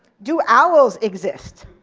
do owls exist?